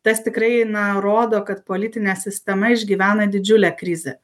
tas tikrai na rodo kad politinė sistema išgyvena didžiulę krizę